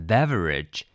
Beverage